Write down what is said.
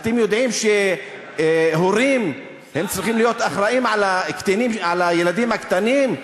אתם יודעים שהורים צריכים להיות אחראים לילדים הקטנים?